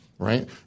right